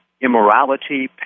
immorality